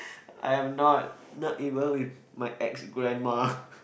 I am not not even with my ex grandma